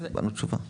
קיבלנו תשובה.